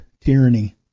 tyranny